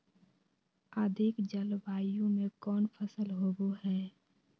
अधिक जलवायु में कौन फसल होबो है?